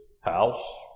house